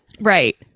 Right